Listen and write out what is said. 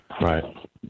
Right